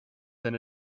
than